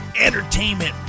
entertainment